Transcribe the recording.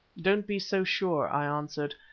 don't be so sure, i answered,